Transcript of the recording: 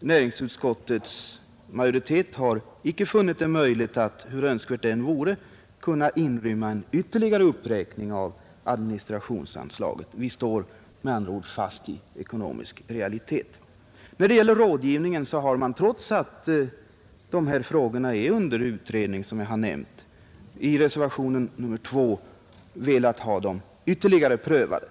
näringsutskottets majoritet icke har funnit det möjligt att, hur önskvärt det än vore, i budgeten inrymma en ytterligare uppräkning av administrationsanslagen. Vi står med andra ord fast i ekonomiska realiteter. När det gäller rådgivningen har man, trots att dessa frågor såsom jag har nämnt är under utredning, i reservationen 2 velat ha saken ytterligare prövad.